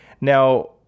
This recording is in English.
Now